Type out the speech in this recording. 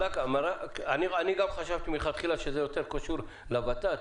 אני גם חשבתי מלכתחילה שזה יותר קשור לות"ת.